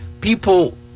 people